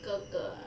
哥哥 ah